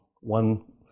one